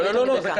לא, זה קצר.